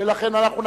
אחמד טיבי,